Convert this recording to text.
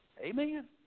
Amen